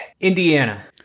Indiana